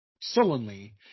Sullenly